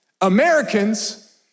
Americans